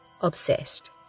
obsessed